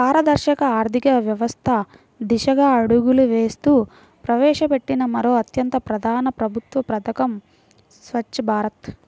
పారదర్శక ఆర్థిక వ్యవస్థ దిశగా అడుగులు వేస్తూ ప్రవేశపెట్టిన మరో అత్యంత ప్రధాన ప్రభుత్వ పథకం స్వఛ్చ భారత్